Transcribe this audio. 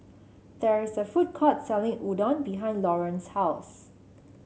there is a food court selling Udon behind Lauren's house